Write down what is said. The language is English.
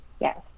Yes